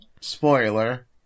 Spoiler